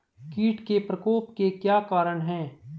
कीट के प्रकोप के क्या कारण हैं?